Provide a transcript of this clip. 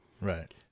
right